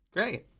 Great